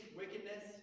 wickedness